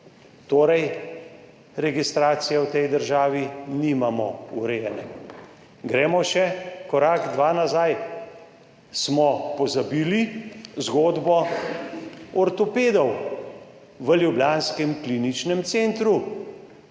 Torej, registracije v tej državi nimamo urejene. Gremo še korak, dva nazaj. Smo pozabili zgodbo ortopedov v ljubljanskem kliničnem centru?